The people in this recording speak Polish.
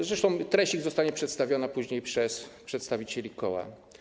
Zresztą ich treść zostanie przedstawiona później przez przedstawicieli koła.